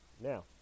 Now